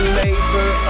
labor